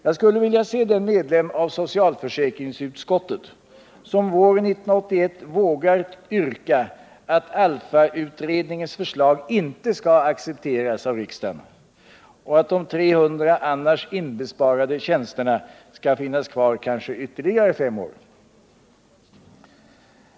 Jag skulle vilja se den medlem av socialförsäkringsutskottet som våren 1981 vågar yrka att ALLFA-utredningens förslag inte skall accepteras av riksdagen och att de 300 tjänster som skulle kunna inbesparas skall finnas kvar kanske ytterligare fem år.